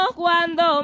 cuando